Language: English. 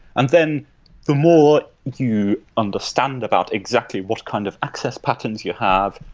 and then the more you understand about exactly what kind of access patterns you have,